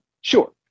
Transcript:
sure